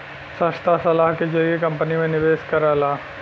संस्था सलाह के जरिए कंपनी में निवेश करला